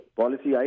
policy